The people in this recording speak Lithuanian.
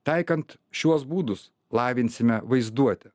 taikant šiuos būdus lavinsime vaizduotę